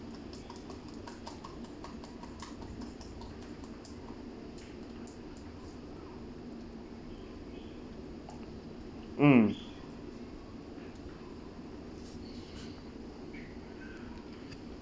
mm